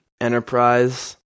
Enterprise